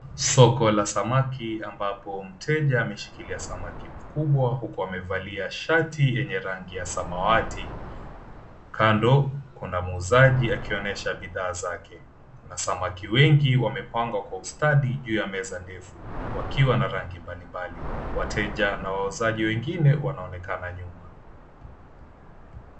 Soko la samaki ambapo mteja ameshikilia samaki mkuba huku amevalia shati yenye rangi ya samawati. Kando kuna muuzaji akionyesha bidhaa zake. Kuna samaki wengi wamepangwa kwa ustaadi juu ya meza ndefu wakiwa na rangi mbalimbali. Wateja na wauzaji wengine wanaonekana nyuma.